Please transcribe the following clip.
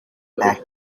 back